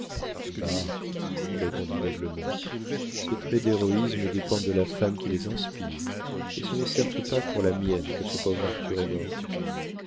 répondit d'aiglemont ces traits d'héroïsme dépendent de la femme qui les inspire et ce n'est certes pas pour la mienne que ce pauvre arthur est mort